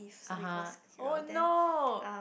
(uh huh) oh no